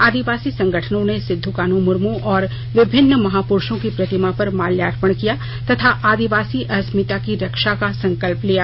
आदिवासी संगठनों ने सिदो कान्ह मुर्म और विभिन्न महापुरुषों की प्रतिमा पर माल्यार्पण किया तथा आदिवासी अस्मिता की रक्षा का संकल्प लिया